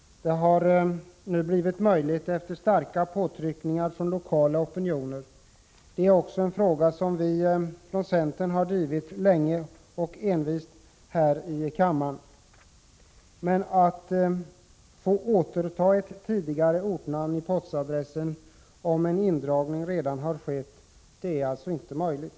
Detta har nu blivit möjligt efter starka påtryckningar från lokala opinioner. Det är också en fråga som vi från centern har drivit länge och envist här i kammaren. Men att få återta ett tidigare ortnamn i postadressen om en indragning redan har skett är alltså inte möjligt.